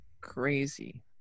crazy